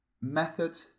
method